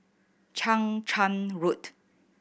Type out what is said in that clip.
Chang Charn Road